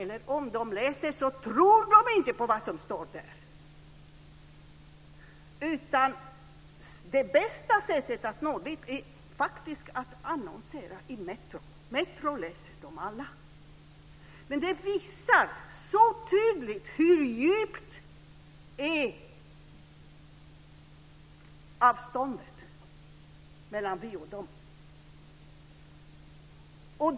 Och om de läser det så tror de inte på vad som står där. Det bästa sättet att nå dem är faktiskt att annonsera i Metro. Metro läser de alla. Det visar tydligt hur djupt avståndet är mellan oss och dem.